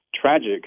tragic